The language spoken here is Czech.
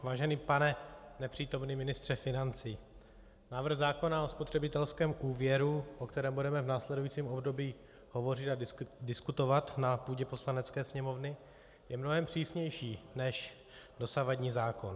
Vážený pane nepřítomný ministře financí, návrh zákona o spotřebitelském úvěru, o kterém budeme v následujícím období hovořit a diskutovat na půdě Poslanecké sněmovny, je mnohem přísnější než dosavadní zákon.